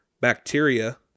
bacteria